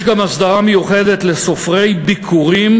יש גם הסדרה מיוחדת לסופרי ביכורים,